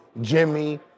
Jimmy